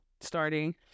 starting